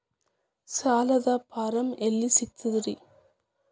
ಸಾಲದ ಫಾರಂ ಎಲ್ಲಿ ಸಿಕ್ತಾವ್ರಿ?